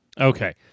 Okay